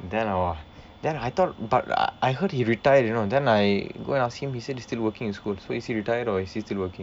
then !wah! then I thought but I heard he retired you know then I go and ask him he said he still working in school so is he retired or is he still working